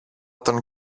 τον